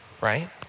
right